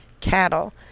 cattle